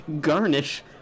Garnish